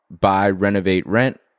buy-renovate-rent